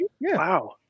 Wow